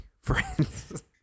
friends